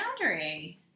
boundary